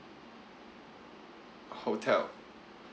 hotel